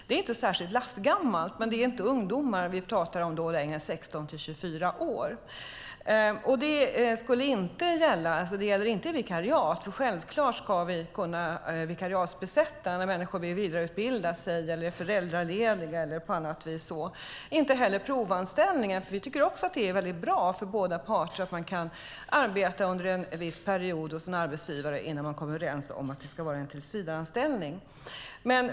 Det är inte lastgammalt, men vi pratar inte längre om ungdomar i åldern 16-24 år. Det gäller inte vikariat. Vi ska självklart kunna vikariatbesätta när människor vill vidareutbilda sig eller är föräldralediga. Det ska heller inte gälla provanställningar. Vi tycker också att det är bra för båda parter att man kan arbeta en viss period innan man kommer överens om en tillsvidareanställning.